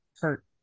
Hurt